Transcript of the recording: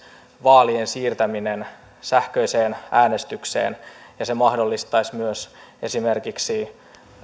vaalien siirtäminen sähköiseen äänestykseen se mahdollistaisi myös esimerkiksi